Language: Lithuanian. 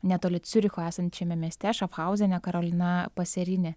netoli ciuricho esančiame mieste šafhauzene karolina paserini